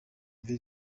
mfite